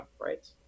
right